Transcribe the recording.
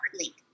link